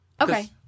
Okay